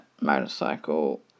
motorcycle